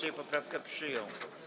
Sejm poprawkę przyjął.